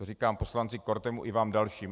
To říkám poslanci Kortemu i vám dalším.